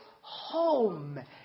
home